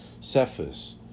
Cephas